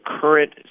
current